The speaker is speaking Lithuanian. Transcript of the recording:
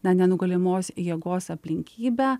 na nenugalimos jėgos aplinkybę